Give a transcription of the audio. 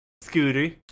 scooter